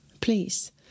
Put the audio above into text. please